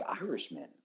Irishmen